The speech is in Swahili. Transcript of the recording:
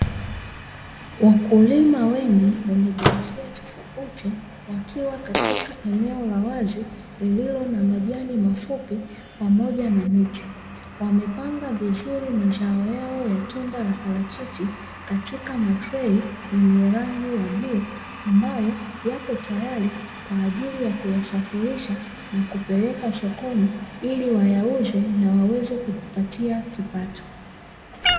Wakulima wengi wenye jinsia tofauti wakiwa katika eneo la wazi lililo na majani mafupi pamoja na miti, wamepanga vizuri mazao yao ya tunda la parachichi katika matrei yenye rangi ya bluu ambayo yapo tayari kwa ajili ya kuyasafirisha na kupeleka sokoni ili wayauze na waweze kujipatia kipato.